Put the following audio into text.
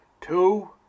Two